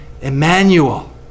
Emmanuel